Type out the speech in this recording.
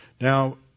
Now